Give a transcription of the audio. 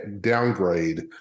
downgrade